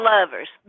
Lovers